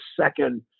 second